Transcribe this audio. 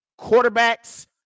quarterbacks